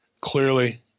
clearly